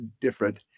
different